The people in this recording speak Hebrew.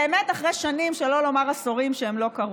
באמת, אחרי שנים, שלא לומר עשורים, שהם לא קרו,